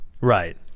right